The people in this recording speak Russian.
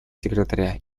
секретаря